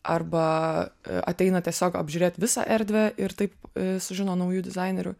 arba ateina tiesiog apžiūrėt visą erdvę ir taip sužino naujų dizainerių